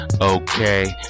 Okay